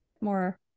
more